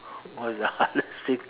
what is the hardest thing